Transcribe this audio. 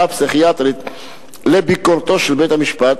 הפסיכיאטרית לביקורתו של בית-המשפט,